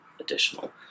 additional